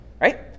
Right